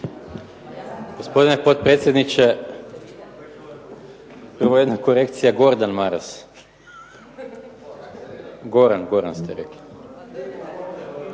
Gospodine potpredsjedniče, prvo jedna korekcija, Gordan Maras. Goran ste rekli.